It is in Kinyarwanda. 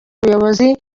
ubuyobozi